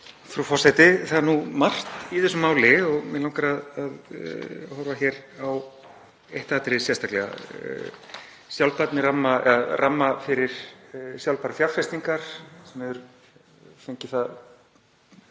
Frú forseti. Það er margt í þessu máli og mig langar að horfa hér á eitt atriði sérstaklega, ramma fyrir sjálfbærar fjárfestingar sem hefur fengið það